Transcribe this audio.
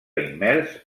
immers